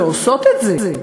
לא עושות את זה.